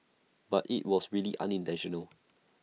but IT was really unintentional